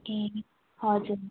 ए हजुर